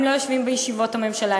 הם לא יושבים בישיבות הממשלה,